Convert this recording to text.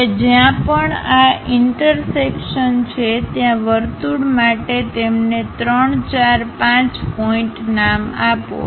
હવે જ્યાં પણ આ ઈન્ટરસેકશન છે ત્યાં વર્તુળ માટે તેમને 3 4 5 પોઇન્ટ નામ આપો